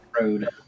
road